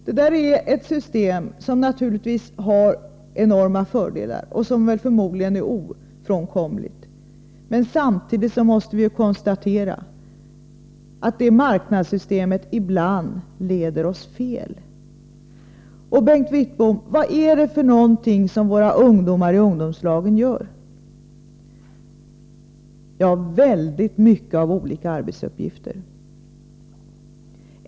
Det är ett marknadssystem som naturligtvis har stora fördelar och som väl förmodligen är ofrånkomligt, men samtidigt måste vi konstatera att det systemet ibland leder oss fel. Vad är det, Bengt Wittbom, som våra ungdomar i ungdomslagen gör? Det är väldigt mycket av olika arbetsuppgifter.